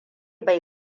bai